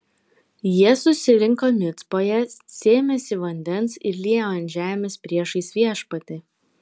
jie susirinko micpoje sėmėsi vandens ir liejo ant žemės priešais viešpatį